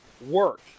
work